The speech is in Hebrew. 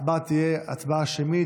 ההצבעה תהיה הצבעה שמית,